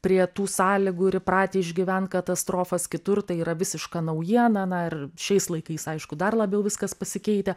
prie tų sąlygų ir įpratę išgyvent katastrofas kitur tai yra visiška naujiena na ir šiais laikais aišku dar labiau viskas pasikeitę